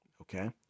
Okay